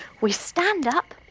we stand up.